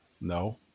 No